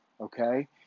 okay